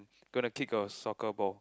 gonna kick a soccer ball